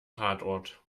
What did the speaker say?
tatort